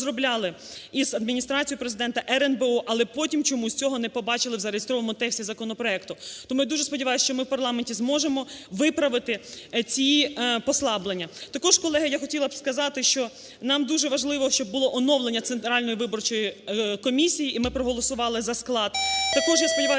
розробляли із Адміністрацією Президента, РНБО, але потім чомусь цього не побачили в зареєстрованому тексті законопроекту. Тому я дуже сподіваюсь, що ми в парламенті зможемо виправити ці послаблення. Також, колеги, я хотіла б сказати, що нам дуже важливо, щоб було оновлення Центральної виборчої комісії і ми проголосували за склад. Також я сподіваюсь,